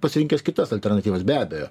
pasirinkęs kitas alternatyvas be abejo